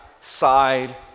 side